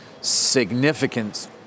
significant